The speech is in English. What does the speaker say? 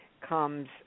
comes